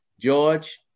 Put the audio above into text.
George